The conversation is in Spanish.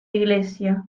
iglesia